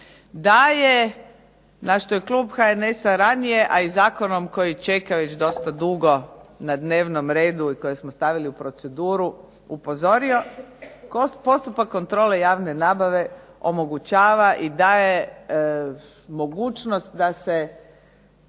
daje, na što je Klub HNS-a ranije, a i zakonom koji čeka dosta dugo na dnevnom redu i kojeg smo stavili u proceduru upozorio. Postupak kontrole javne nabave omogućava i daje mogućnost da se